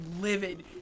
livid